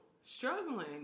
struggling